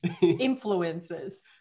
influences